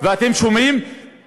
ואתם שומעים,